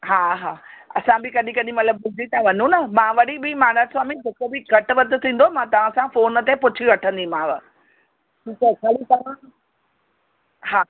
हा हा असां बि कॾहिं कॾहिं महिल भुलिजी था वञूं ना मां वरी बि महाराज स्वामी जेको बि घटि वधि थींदो मां तव्हां सां फ़ोन ते पुछी वठंदीमांव ठीकु आहे ख़ाली तव्हां हा